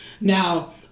Now